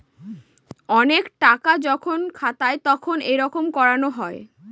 অনেক টাকা যখন খাতায় তখন এইরকম করানো হয়